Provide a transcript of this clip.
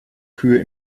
kühe